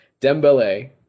Dembele